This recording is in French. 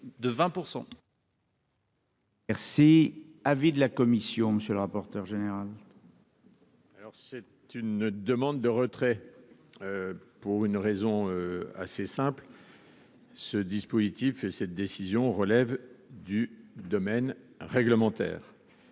de 20 %.